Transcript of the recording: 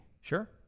Sure